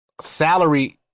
Salary